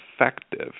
effective